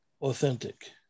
authentic